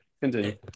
continue